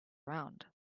around